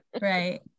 right